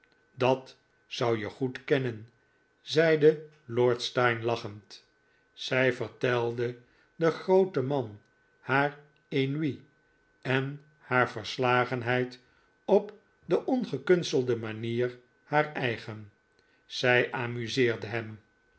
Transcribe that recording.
dat zou je goed kennen zeide lord steyne lachend zij vertelde den grooten man haar ennuis en haar verslagenheid op de ongekunstelde manier haar eigen zij amuseerden hem